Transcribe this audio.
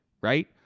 right